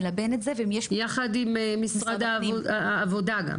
נלבן את זה -- יחד עם משרד העבודה גם.